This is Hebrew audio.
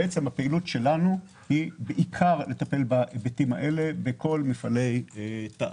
הפעילות שלנו היא בעיקר לטפל בהיבטים האלה בכל מפעלי תע"ש.